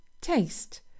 taste